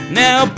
now